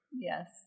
Yes